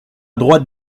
droite